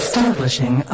Establishing